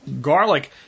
garlic